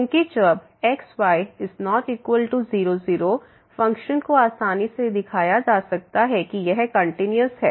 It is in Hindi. क्योंकि जब x y≠ 0 0 फ़ंक्शन को आसानी से दिखाया जा सकता है कि यह कंटिन्यूस है